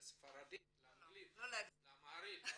האם לרוסית, לצרפתית, ספרדית, אנגלית, אמהרית?